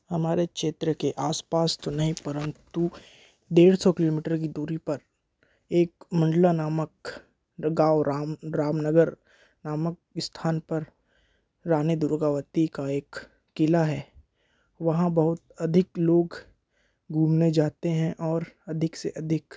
हमारे क्षेत्र के आस पास तो नहीं परन्तु डेढ़ सौ किलोमीटर की दूरी पर एक मंडला नामक गाँव राम राम नगर नामक स्थान पर रानी दुर्गावती का एक क़िला है वहाँ बहुत अधिक लोग घूमने जाते हैं और अधिक से अधिख